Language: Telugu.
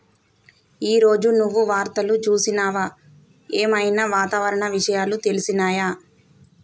ఈ రోజు నువ్వు వార్తలు చూసినవా? ఏం ఐనా వాతావరణ విషయాలు తెలిసినయా?